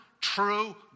true